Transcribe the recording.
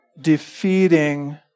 defeating